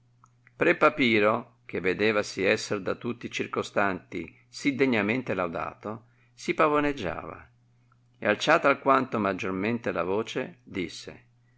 pre papiro che vedevasi esser da tutti i circonstanti si degnamente laudato si pavoneggiava e alciata alquanto maggiormente la voce disse